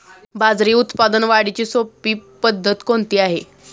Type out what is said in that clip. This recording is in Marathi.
बाजरी उत्पादन वाढीची सोपी पद्धत कोणती आहे?